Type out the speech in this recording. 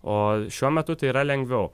o šiuo metu tai yra lengviau